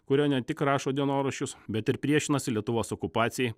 kurie ne tik rašo dienoraščius bet ir priešinasi lietuvos okupacijai